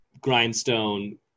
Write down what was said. grindstone